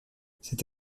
cette